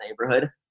neighborhood